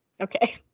Okay